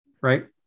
right